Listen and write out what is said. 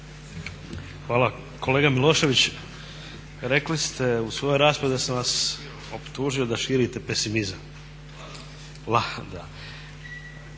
Hvala. Kolega Milošević rekli ste u svojoj raspravi da sam vas optužio da širite pesimizam.